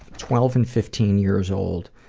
twelve and fifteen years old.